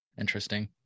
Interesting